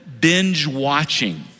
binge-watching